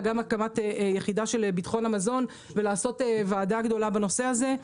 אלא גם הקמת יחידה של ביטחון המזון ולעשות ועדה גדולה בנושא הזה,